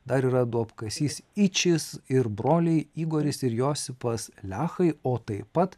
dar yra duobkasys ičis ir broliai igoris ir josipas lechai o taip pat